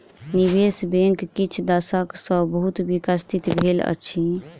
निवेश बैंक किछ दशक सॅ बहुत विकसित भेल अछि